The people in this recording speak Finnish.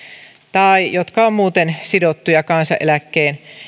tai jotka ovat muuten sidottuja kansaneläkkeen